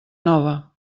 nova